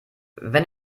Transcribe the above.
wenn